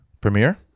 Premiere